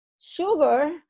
sugar